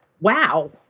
WoW